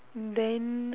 then